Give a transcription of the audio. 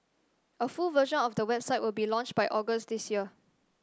a full version of the website will be launched by August this year